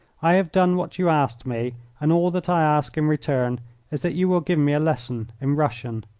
i have done what you asked me, and all that i ask in return is that you will give me a lesson in russian.